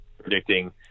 predicting –